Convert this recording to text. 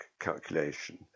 calculation